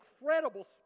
incredible